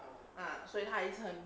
ah 所以他也是很